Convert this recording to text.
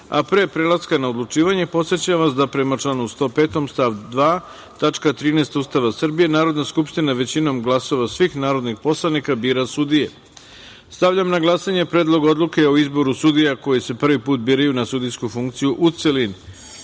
a pre prelaska na odlučivanje, podsećam vas da prema članu 105. stav 2. tačka 13. Ustava Srbije, Narodna skupština većinom glasova svih narodnih poslanika bira sudije. Stavljam na glasanje Predlog odluke o izboru sudija koji se prvi put biraju na sudijsku funkciju, u celini. Molim